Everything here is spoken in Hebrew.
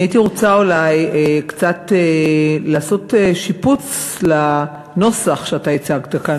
אני הייתי רוצה אולי קצת לעשות שיפוץ לנוסח שאתה הצגת כאן.